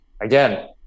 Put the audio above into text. again